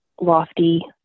lofty